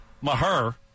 Maher